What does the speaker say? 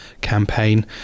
campaign